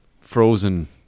frozen